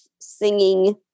singing